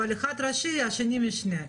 אבל אחד ראשי והשני משני.